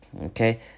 okay